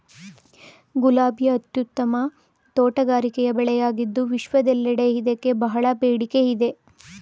ಗುಲಾಬಿ ಅತ್ಯುತ್ತಮ ತೋಟಗಾರಿಕೆ ಬೆಳೆಯಾಗಿದ್ದು ವಿಶ್ವದೆಲ್ಲೆಡೆ ಇದಕ್ಕೆ ಬಹಳ ಬೇಡಿಕೆ ಇದೆ